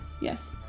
yes